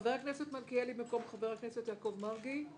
חבר הכנסת מלכיאלי במקום חבר הכנסת יעקב מרגי.